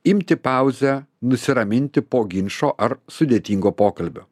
imti pauzę nusiraminti po ginčo ar sudėtingo pokalbio